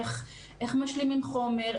איך משלימים חומר,